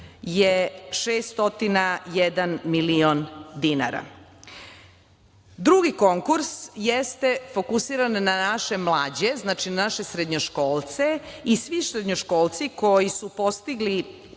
je 601 milion dinara. Drugi konkurs jeste fokusiran na naše mlađe, na naše srednjoškolce i svi srednjoškolci koji su postigli